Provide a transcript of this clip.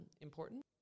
important